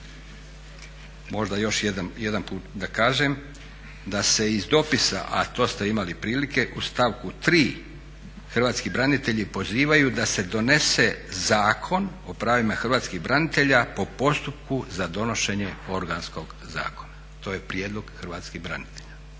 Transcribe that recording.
Možda još jedanput da kažem da se iz dopisa, a to ste imali prilike u stavku 3. hrvatski branitelji pozivaju da se donese Zakon o pravima hrvatskih branitelja po postupku za donošenje organskog zakona. To je prijedlog hrvatskih branitelja,